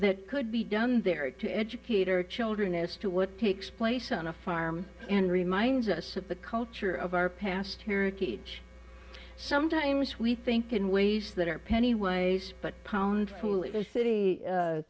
that could be done there to educate our children as to what takes place on a farm and reminds us of the culture of our past heritage sometimes we think in ways that are penny wise but pound foolish city